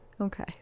okay